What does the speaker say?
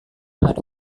ada